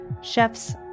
chefs